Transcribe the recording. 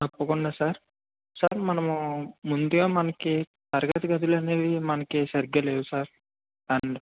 తప్పకుండా sir sir మనము ముందే మనకి తరగతి గదులు అనేవి మనకి సరిగ్గా లేవు సార్ అండ్